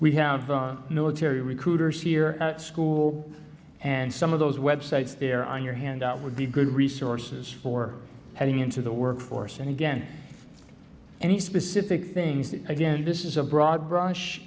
we have military recruiters here school and some of those web sites there on your handout would be good resources for heading into the workforce and again any specific things that again this is a broad brush